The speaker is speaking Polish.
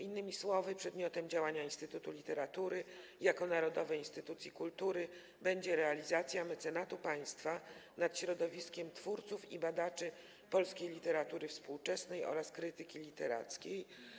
Innymi słowy, przedmiotem działania Instytutu Literatury jako narodowej instytucji kultury będzie sprawowanie mecenatu państwa nad środowiskiem twórców i badaczy polskiej literatury współczesnej oraz krytyki literackiej.